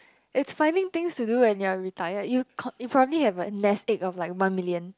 it's finding things to do when you're retired you con~ you probably have a nest egg of like one million